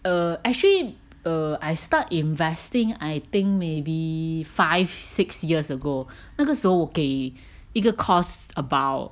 err actually err I start investing I think maybe five six years ago 那个时候我给一个 course about